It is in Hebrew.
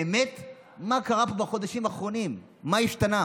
באמת, מה קרה פה בחודשים האחרונים, מה השתנה?